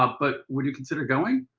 ah but would you consider going?